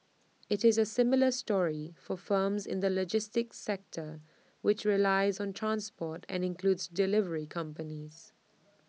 IT is A similar story for firms in the logistics sector which relies on transport and includes delivery companies